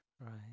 Right